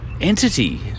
entity